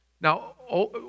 Now